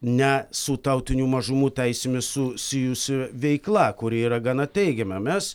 ne su tautinių mažumų teisėmis susijusia veikla kuri yra gana teigiama mes